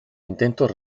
intentos